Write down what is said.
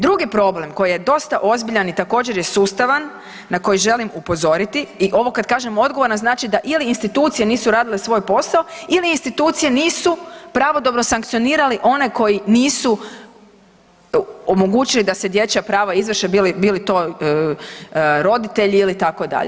Drugi problem koji je dosta ozbiljan i također je sustavan na koji želim upozoriti i ovo kad kažem odgovoran znači da ili institucije nisu radile svoj posao ili institucije nisu pravodobno sankcionirali one koji nisu omogućili da se dječja prava izvrše, bili to roditelji ili tako dalje.